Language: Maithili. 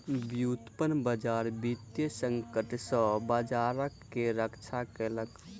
व्युत्पन्न बजार वित्तीय संकट सॅ बजार के रक्षा केलक